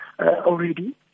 already